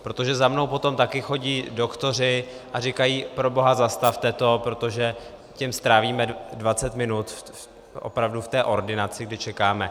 Protože za mnou potom taky chodí doktoři a říkají: proboha zastavte to, protože tím strávíme 20 minut opravdu v té ordinaci, kdy čekáme.